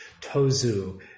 Tozu